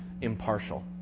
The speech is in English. impartial